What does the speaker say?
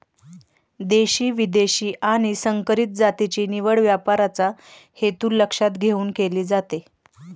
देशी, विदेशी आणि संकरित जातीची निवड व्यापाराचा हेतू लक्षात घेऊन केली जाते